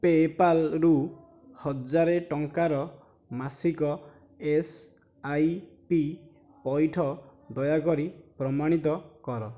ପେପାଲ୍ରୁ ହଜାରେ ଟଙ୍କାର ମାସିକ ଏସଆଇପି ପଇଠ ଦୟାକରି ପ୍ରମାଣିତ କର